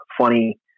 funny